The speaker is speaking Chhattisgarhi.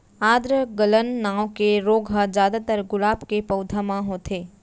आद्र गलन नांव के रोग ह जादातर गुलाब के पउधा म होथे